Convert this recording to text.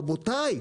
רבותי,